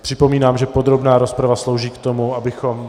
Připomínám, že podrobná rozprava slouží k tomu, abychom...